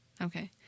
Okay